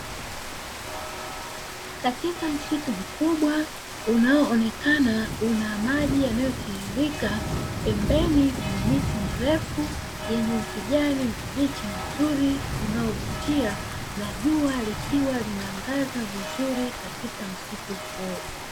Katika msitu mkubwa unao onekana una maji yanayo tiririka, pembeni kuna miti mirefu yenye kijani kibichi uzuri unaovutia na jua likiwa linaangaza vizuri katika msitu huo.